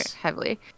heavily